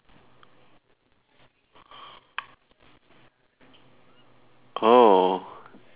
oh